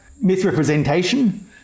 Misrepresentation